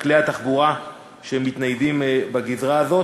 כלי התחבורה שמתניידים בגזרה הזאת.